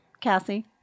Cassie